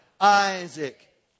Isaac